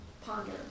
ponder